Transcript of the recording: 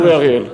אורי אריאל,